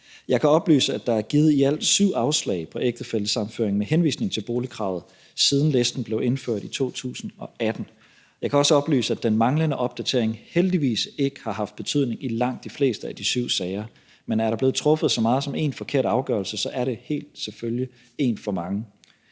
Jeg kan oplyse, at der er givet i alt syv afslag på ægtefællesammenføring med henvisning til boligkravet, siden listen blev indført i 2018. Jeg kan også oplyse, at den manglende opdatering heldigvis ikke har haft betydning i langt de fleste af de syv sager. Men er der blevet truffet så meget som en forkert afgørelse, er det selvfølgelig en for meget.